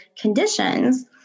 conditions